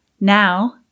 Now